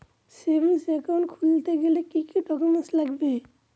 Savings account খুলতে গেলে কি কি ডকুমেন্টস লাগবে?